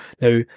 Now